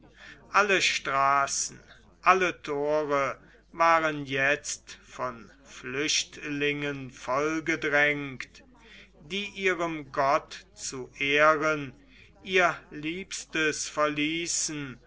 alle straßen alle thore waren jetzt von flüchtlingen vollgedrängt die ihrem gott zu ehren ihr liebstes verließen